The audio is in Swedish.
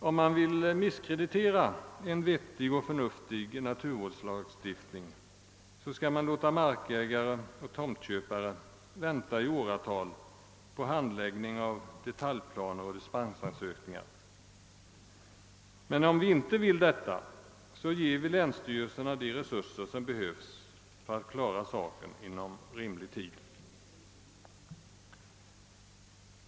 Om man vill misskreditera en vettig och förnuftig naturvårdslagstiftning, skall man låta markägare och tomtköpare vänta i åratal på handläggningen av detaljplaner och dispensansökningar. Om vi inte vill detta, ger vi länsstyrelserna de resurser som behövs för att klara problemet inom rimlig tid.